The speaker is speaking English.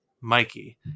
Mikey